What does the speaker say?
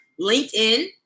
LinkedIn